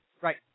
right